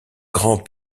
grand